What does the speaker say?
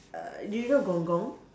err do you know gong-gong